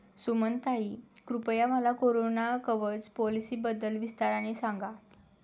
सुमनताई, कृपया मला कोरोना कवच पॉलिसीबद्दल विस्ताराने सांगा